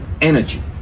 energy